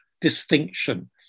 distinction